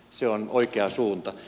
se on oikea suunta